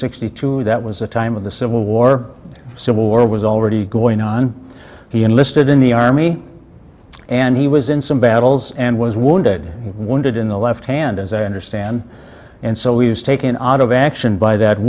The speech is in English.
sixty two that was the time of the civil war civil war was already going on he enlisted in the army and he was in some battles and was wounded one did in the left hand as i understand and so he was taken out of action by that